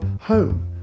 home